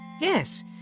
Yes